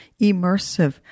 immersive